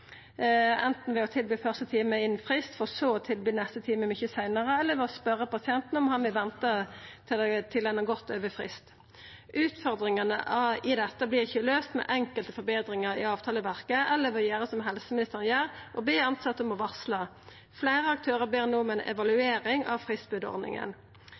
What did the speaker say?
ved å tilby første time innan frist for så å tilby neste time mykje seinare, eller ved å spørja pasienten om han vil venta til ein har gått over fristen. Utfordringane i dette vert ikkje løyste med enkelte forbetringar i avtaleverket eller ved å gjera som helseministeren, be tilsette om å varsla. Fleire aktørar ber no om